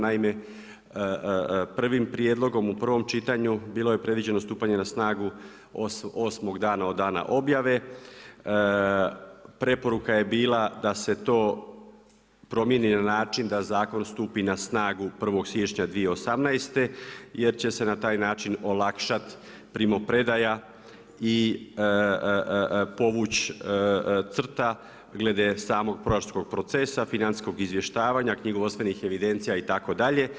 Naime, prvim prijedlogom u prvom čitanju bilo je predviđeno stupanje na snagu 8.-og dana od dana objave, preporuka je bila da se to promijeni na način da zakon stupi na snagu 1. siječnja 2018. jer će se na taj način olakšati primopredaja i povući crta glede samog … procesa, financijskog izvještavanja, knjigovodstvenih evidencija itd.